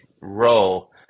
role